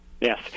Yes